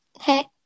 Hey